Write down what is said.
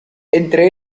entre